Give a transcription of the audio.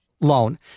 loan